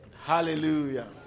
Hallelujah